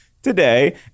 Today